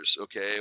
okay